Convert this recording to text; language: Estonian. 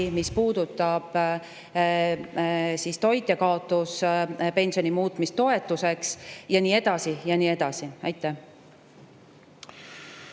mis puudutab elatisabi, toitjakaotuspensioni muutmist toetuseks ja nii edasi ja nii edasi. Suur